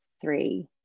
three